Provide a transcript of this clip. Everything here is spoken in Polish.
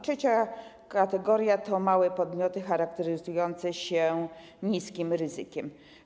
Trzecia kategoria to małe podmioty charakteryzujące się niskim ryzykiem.